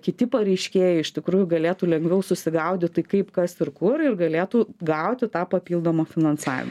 kiti pareiškėjai iš tikrųjų galėtų lengviau susigaudyt tai kaip kas ir kur ir galėtų gauti tą papildomą finansavimą